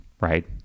right